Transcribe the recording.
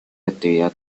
actividad